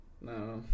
No